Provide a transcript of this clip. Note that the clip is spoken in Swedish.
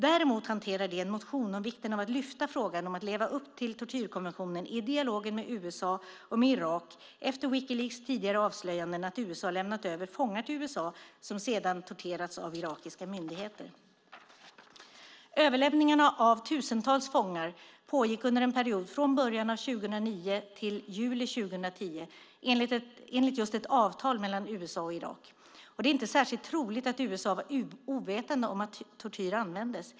Däremot hanteras en motion om vikten av att lyfta frågan om att leva upp till tortyrkonventionen i dialogen med USA och med Irak efter Wikileaks tidigare avslöjanden om att USA lämnat över fångar som sedan torterats av irakiska myndigheter. Överlämningarna av tusentals fångar pågick under en period från början av 2009 till juli 2010 enligt just ett avtal mellan USA och Irak. Det är inte särskilt troligt att USA var ovetande om att tortyr användes.